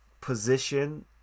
position